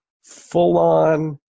full-on